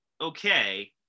okay